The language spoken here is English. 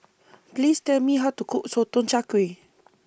Please Tell Me How to Cook Sotong Char Kway